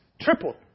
tripled